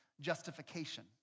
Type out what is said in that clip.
justification